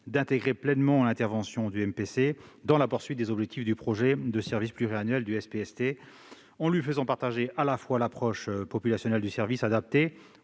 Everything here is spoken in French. d'intégrer pleinement l'intervention du médecin praticien correspondant dans l'atteinte des objectifs du projet de service pluriannuel du SPST, en lui faisant partager à la fois l'approche populationnelle du service, adaptée